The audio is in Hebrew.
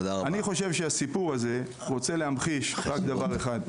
אני חושב שהסיפור הזה רוצה להמחיש רק דבר אחד,